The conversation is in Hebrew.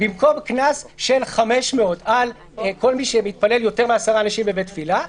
במקום קנס של 500 על כל מי שמתפלל יותר מעשרה אנשים בבית תפילה,